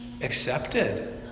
accepted